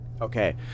okay